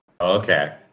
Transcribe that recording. Okay